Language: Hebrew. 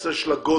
הנושא של הגודל,